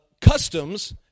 customs